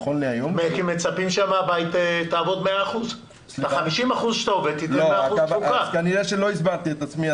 כי מצפים שמהבית תעבוד 100%. כנראה שלא הסברתי את עצמי,